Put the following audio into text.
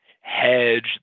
hedge